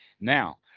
now